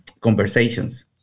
conversations